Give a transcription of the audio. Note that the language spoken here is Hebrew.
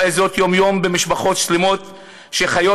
רואה זאת יום-יום במשפחות שלמות שחיות